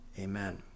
amen